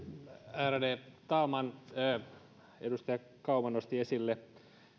ärade talman edustaja kauma nosti esille